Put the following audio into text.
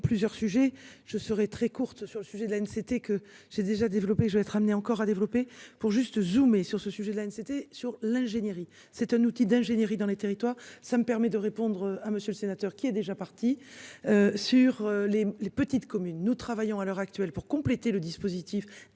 plusieurs sujets je serai très courte sur le sujet de la haine, c'était que j'ai déjà développée. Je vais être amené encore à développer pour juste zoomer sur ce sujet la haine c'était sur l'ingénierie. C'est un outil d'ingénierie dans les territoires, ça me permet de répondre à Monsieur le sénateur qui est déjà parti. Sur les les petites communes. Nous travaillons à l'heure actuelle pour compléter le dispositif